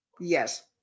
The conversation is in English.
Yes